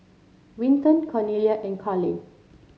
Winton Cornelia and Carli